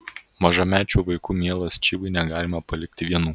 mažamečių vaikų mielas čyvai negalima palikti vienų